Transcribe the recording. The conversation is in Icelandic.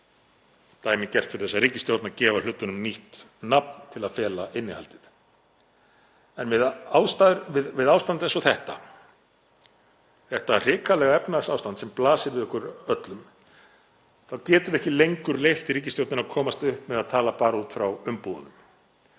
það. Dæmigert fyrir þessa ríkisstjórn að gefa hlutunum nýtt nafn til að fela innihaldið. Við ástand eins og þetta, það hrikalega efnahagsástand sem blasir við okkur öllum, þá getum við ekki lengur leyft í ríkisstjórninni að komast upp með að tala bara út frá umbúðunum.